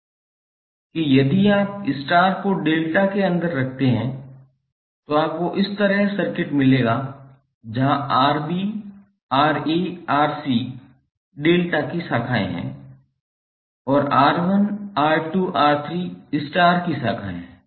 इसका मतलब है कि यदि आप स्टार को डेल्टा के अंदर रखते हैं तो आपको इस तरह का सर्किट मिलेगा जहां Rb Ra Rc डेल्टा की शाखाएं हैं और R1 R2 R3 स्टार की शाखाएं हैं